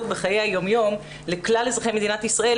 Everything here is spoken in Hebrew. בחיי היום יום לכלל אזרחי מדינת ישראל,